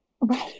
right